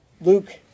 Luke